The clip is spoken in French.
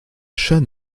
chat